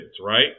right